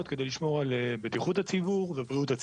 כדי לשמור על בריאות הציבור ובטיחות הציבור.